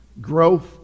growth